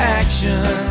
action